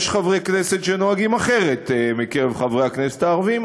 יש חברי כנסת שנוהגים אחרת מקרב חברי הכנסת הערבים,